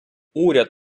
уряд